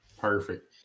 Perfect